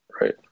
right